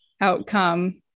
outcome